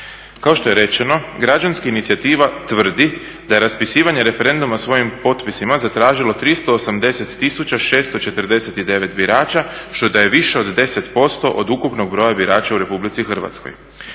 Kao što je rečeno građanska inicijativa tvrdi da je raspisivanje referenduma svojim potpisima zatražilo 380 649 birača što da je više od 10% od ukupnog broja birača u Republici Hrvatskoj.